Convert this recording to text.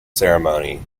ceremony